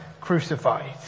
crucified